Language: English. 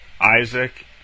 Isaac